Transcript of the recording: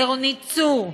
לרונית צור,